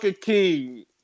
king